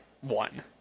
one